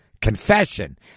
Confession